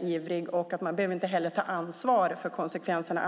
ivrig. Man behöver inte ta ansvar för konsekvenserna.